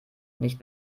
nicht